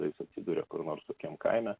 jis atsiduria kur nors kokiam kaime